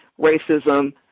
racism